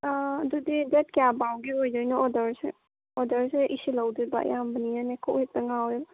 ꯑꯗꯨꯗꯤ ꯗꯦꯠ ꯀꯌꯥꯐꯥꯎꯕꯒꯤ ꯑꯣꯏꯗꯣꯏꯅꯣ ꯑꯣꯔꯗꯔꯁꯦ ꯑꯣꯔꯗꯔꯁꯦ ꯏꯁꯤꯜꯍꯧꯗꯣꯏꯕ ꯌꯥꯝꯕꯅꯤꯅꯅꯦ ꯀꯣꯛ ꯍꯦꯛꯇ ꯉꯥꯎꯋꯦꯕ